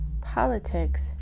politics